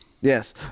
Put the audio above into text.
Yes